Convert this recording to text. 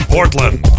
Portland